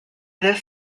this